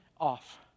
off